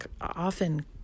often